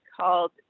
called